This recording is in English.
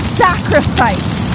sacrifice